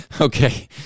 Okay